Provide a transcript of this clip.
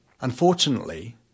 Unfortunately